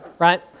Right